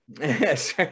yes